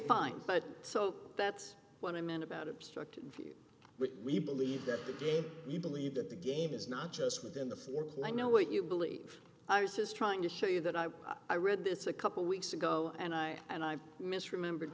fine but so that's what i meant about obstructed view but we believe that the day you believe that the game is not just within the floorplan know what you believe i was just trying to show you that i i read this a couple weeks ago and i and i misremembered